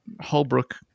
Holbrook